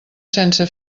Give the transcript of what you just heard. sense